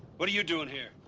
what are you doing here?